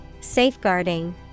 Safeguarding